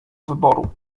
wyboru